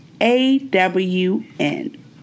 A-W-N